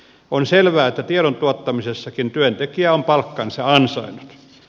on selvää että tiedon tuottamisessakin työntekijä on palkkansa ansainnut